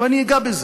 ואני אגע בזה,